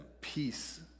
peace